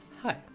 hi